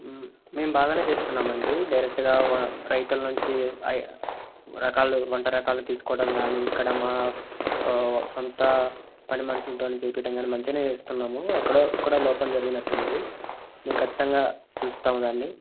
మేము బాగానే చేస్తున్నామండీ డైరెక్ట్గా రైతుల నుంచి రకాలు వంట రకాలు తీసుకోవడం గానీ ఇక్కడ మా సొంత పనిమనుషులతోని తీపీయడం కానీ మంచిగానే చేస్తున్నాము ఎక్కడో ఎక్కడో లోపం జరిగినట్టుంది మేం ఖచ్చితంగా చూస్తాం దాన్ని